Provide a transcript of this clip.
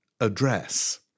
address